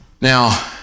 Now